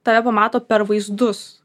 tave pamato per vaizdus